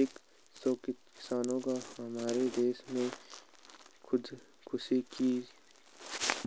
एक सौ किसानों ने हमारे प्रदेश में खुदकुशी की